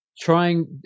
trying